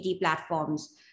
platforms